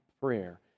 prayer